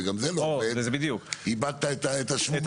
וגם זה לא עובד איבדת את --- בדיוק,